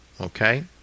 Okay